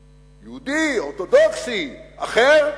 יהודי, אורתודוקסי, אחר,